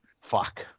fuck